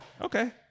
Okay